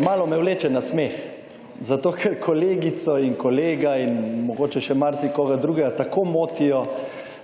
Malo me vleče na smeh zato, ker kolegico in kolega in mogoče še marsikoga drugega tako motijo